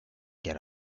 get